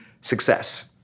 success